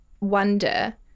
wonder